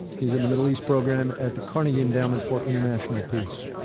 he's in the middle east program at the carnegie endowment for international peace.